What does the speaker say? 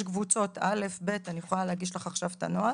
יש קבוצות, אני יכולה להגיש לך עכשיו את הנוהל.